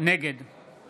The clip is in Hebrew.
נגד